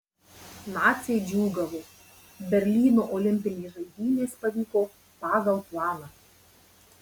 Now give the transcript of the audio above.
naciai džiūgavo berlyno olimpinės žaidynės pavyko pagal planą